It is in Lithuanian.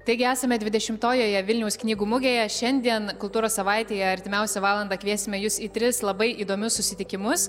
taigi esame dvidešimtojoje vilniaus knygų mugėje šiandien kultūros savaitėje artimiausią valandą kviesime jus į tris labai įdomius susitikimus